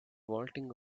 vaulting